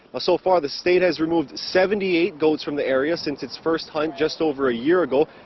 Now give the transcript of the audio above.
so far the state has removed seventy eight goats from the area since its first hunt just over a year ago.